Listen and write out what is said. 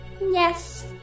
Yes